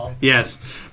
Yes